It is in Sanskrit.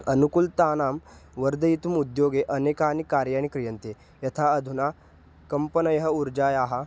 अनुकूलतानां वर्धयितुम् उद्योगे अनेकानि कार्याणि क्रियन्ते यथा अधुना कम्पनयः ऊर्जायाः